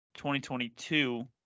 2022